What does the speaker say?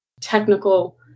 technical